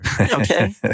okay